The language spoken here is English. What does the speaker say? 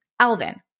Alvin